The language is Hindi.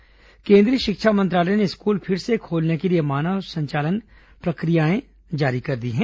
स्कूल दिशा निर्देश केन्द्रीय शिक्षा मंत्रालय ने स्कूल फिर से खोलने के लिए मानक संचालन प्रक्रियाएं जारी कर दी हैं